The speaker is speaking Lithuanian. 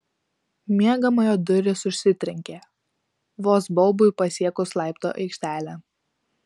miegamojo durys užsitrenkė vos baubui pasiekus laiptų aikštelę